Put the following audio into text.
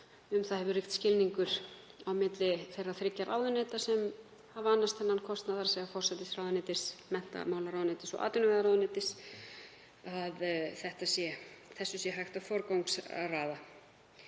um það hefur ríkt skilningur á milli þeirra þriggja ráðuneyta sem hafa annast þennan kostnað, þ.e. forsætisráðuneytis, menntamálaráðuneytis og atvinnuvegaráðuneytis, að þessu sé hægt að forgangsraða.